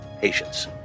patience